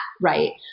Right